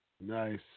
Nice